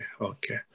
okay